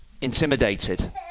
intimidated